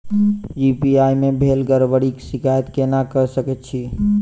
UPI मे भेल गड़बड़ीक शिकायत केना कऽ सकैत छी?